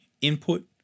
input